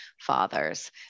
fathers